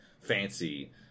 fancy